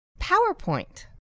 PowerPoint